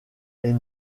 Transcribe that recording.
est